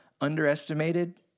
underestimated